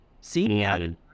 See